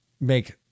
make